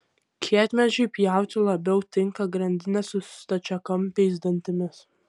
kietmedžiui pjauti labiau tinka grandinė su stačiakampiais dantimis